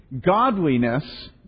Godliness